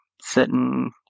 sitting